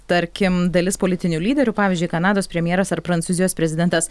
tarkim dalis politinių lyderių pavyzdžiui kanados premjeras ar prancūzijos prezidentas